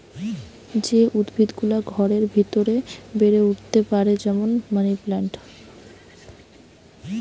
যে উদ্ভিদ গুলা ঘরের ভিতরে বেড়ে উঠতে পারে যেমন মানি প্লান্ট